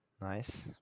Nice